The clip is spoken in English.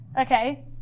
okay